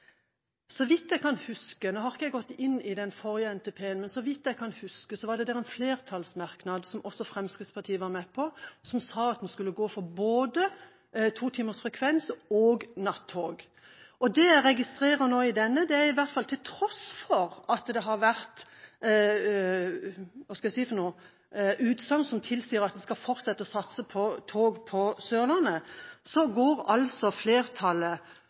Så vidt jeg kan huske, var det i innstillingen til forrige NTP – jeg har ikke gått inn i den, men så vidt jeg kan huske – en flertallsmerknad som også Fremskrittspartiet var med på, om at man skulle gå inn for både totimers frekvens og nattog. Det jeg nå registrerer, er i hvert fall at til tross for at det har kommet – hva skal jeg si – utsagn som tilsier at man skal fortsette å satse på tog på Sørlandet, går flertallet,